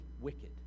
wicked